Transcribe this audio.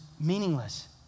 meaningless